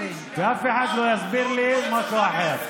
ואף אחד לא יגיד לי משהו אחר.